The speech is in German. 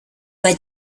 bei